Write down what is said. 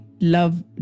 love